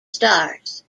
stars